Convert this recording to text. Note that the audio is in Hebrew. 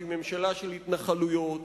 שהיא ממשלה של התנחלויות